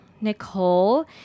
Nicole